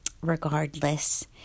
Regardless